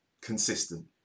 consistent